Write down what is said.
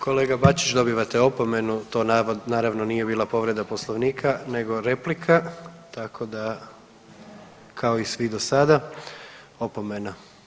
Kolega Bačić dobivate opomenu, to naravno nije bila povreda Poslovnika nego replika, kao i svi do sada opomena.